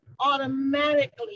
automatically